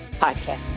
podcast